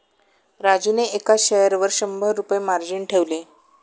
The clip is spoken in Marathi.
राजूने एका शेअरवर शंभर रुपये मार्जिन ठेवले